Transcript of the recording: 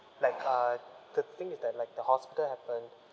like uh the thing is that like the hospital happen